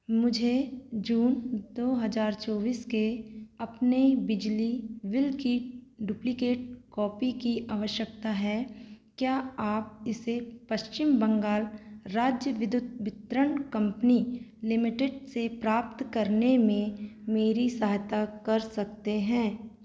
मुझे जून दो हज़ार चौबीस के अपने बिजली बिल की डुप्लिकेट कॉपी की आवश्यकता है क्या आप इसे पश्चिम बंगाल राज्य विद्युत वितरण कम्पनी लिमिटेड से प्राप्त करने में मेरी सहायता कर सकते हैं